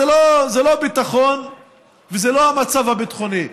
זה לא ביטחון וזה לא המצב הביטחוני,